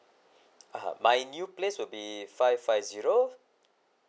(uh huh) my new place will be five five zero